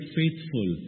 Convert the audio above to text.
faithful